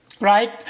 Right